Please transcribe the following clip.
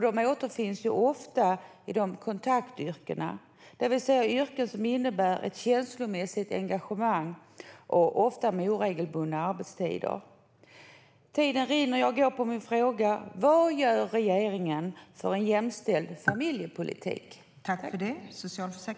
De återfinns ofta i kontaktyrken, det vill säga yrken som innebär ett känslomässigt engagemang och där det ofta är oregelbundna arbetstider. Tiden rinner iväg. Jag går till min fråga: Vad gör regeringen för en jämställd familjepolitik?